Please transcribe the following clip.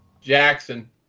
Jackson